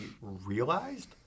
realized